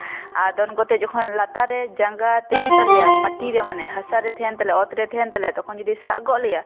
ᱟᱨ ᱫᱚᱱ ᱠᱟᱛᱮ ᱡᱚᱠᱷᱚᱱ ᱞᱟᱛᱟᱨ ᱨᱮ ᱡᱟᱸᱜᱟ ᱛᱟᱦᱮᱱ ᱛᱟᱞᱮᱭᱟ ᱢᱟᱴᱤ ᱨᱮ ᱢᱟᱱᱮ ᱦᱟᱥᱟ ᱨᱮ ᱛᱟᱦᱮᱱ ᱛᱟᱞᱮᱭᱟ ᱚᱛ ᱨᱮ ᱛᱟᱦᱮᱱ ᱛᱟᱞᱮᱭᱟ ᱛᱚᱠᱷᱚᱱ ᱡᱩᱫᱤ ᱥᱟᱵ ᱜᱚᱫ ᱞᱮᱭᱟ ᱛᱟᱦᱞᱮ